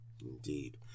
Indeed